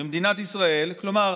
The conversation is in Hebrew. במדינת ישראל, כלומר,